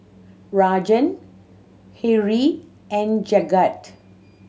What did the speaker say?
Rajan Hri and Jagat